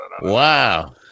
Wow